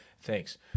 Thanks